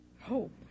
Hope